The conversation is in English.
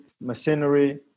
machinery